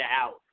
out